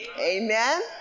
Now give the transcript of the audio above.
Amen